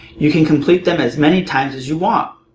you can complete them as many times as you want.